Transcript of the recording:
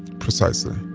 precisely.